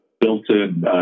built-in